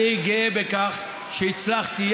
אני גאה בכך שהצלחתי,